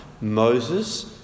Moses